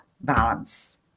balance